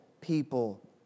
people